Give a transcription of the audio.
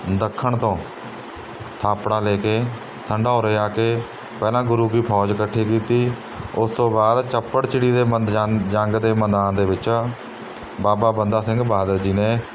ਦੱਖਣ ਤੋਂ ਥਾਪੜਾ ਲੈ ਕੇ ਸੰਢੋਰੇ ਆ ਕੇ ਪਹਿਲਾਂ ਗੁਰੂ ਕੀ ਫੌਜ ਇਕੱਠੀ ਕੀਤੀ ਉਸ ਤੋਂ ਬਾਅਦ ਚੱਪੜਚਿੜੀ ਦੇ ਜੰਗ ਦੇ ਮੈਦਾਨ ਦੇ ਵਿੱਚ ਬਾਬਾ ਬੰਦਾ ਸਿੰਘ ਬਹਾਦਰ ਜੀ ਨੇ